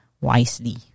wisely